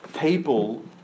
people